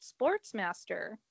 sportsmaster